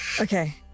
Okay